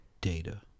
Data